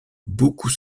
beaucoup